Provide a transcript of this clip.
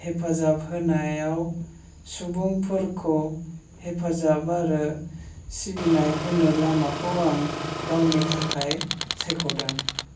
हेफाजाब होनायाव सुबुंफोरखौ हेफाजाब आरो सिबिनाय होनो लामाखौ आं गावनि थाखाय सायख'दों